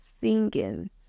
singing